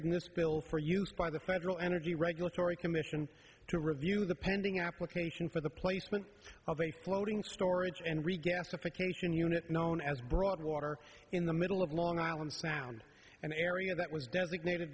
in this bill for use by the federal energy regulatory commission to review the pending application for the placement of a floating storage and regasification unit known as broadwater in the middle of long island sound an area that was designated